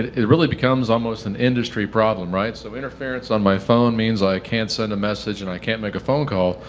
it really becomes almost in an industry problem, right? so interference on my phone means i can't send a message, and i can't make a phone call.